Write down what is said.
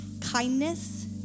kindness